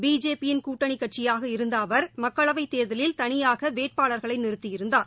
பிஜேபியின் கூட்டணிகட்சியாக இருந்தஅவர் மக்களைவத் தேர்தலில் தனியாகவேட்பாளர்களைநிறுத்தியிருந்தார்